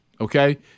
Okay